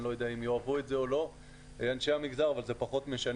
אני לא יודע אם יאהבו את זה או לא אנשי המגזר אבל זה פחות משנה.